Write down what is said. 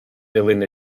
dilyn